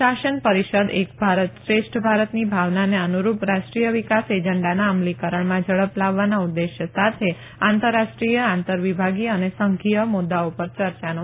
શાસન પરિષદ એક ભારત શ્રેષ્ઠ ભારતની ભાવનાને અનુરૂપ રાષ્ટ્રીય વિકાસ એજંડાના અમલીકરણમાં ઝડપ લાવવાના ઉદેશ્ય સાથે આંતરક્ષેત્રીય આંતર વિભાગીય અને સંઘીય મુદૃઓ પર ચર્ચાનો મંચ છે